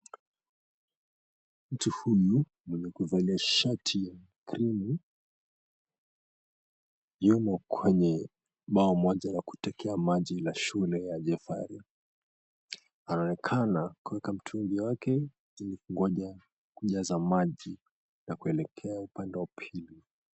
Mtu huyu, mwenye kuvalia shati ya krimu, yumo kwenye bao moja la kutekea maji la Shule ya Jaffery. Anaonekana kuweka mtungi wake ili kungoja kujaza maji na kuelekea upande wa pili.